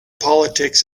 politics